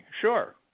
sure